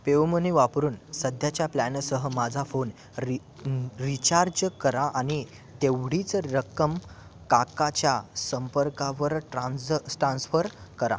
PayUmoney वापरून सध्याच्या प्लॅनसह माझा फोन रि रिचार्ज करा आणि तेवढीच रक्कम काकाच्या संपर्कावर ट्रान्झ स्ट्रान्स्फर करा